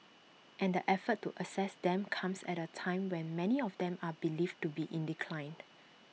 and the effort to assess them comes at A time when many of them are believed to be in decline